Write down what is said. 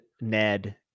Ned